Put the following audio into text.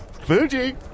Fuji